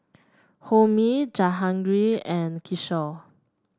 Homi Jehangirr and Kishore